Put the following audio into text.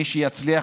מי שיצליחו,